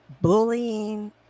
bullying